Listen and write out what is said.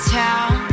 town